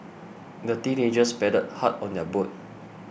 the teenagers paddled hard on their boat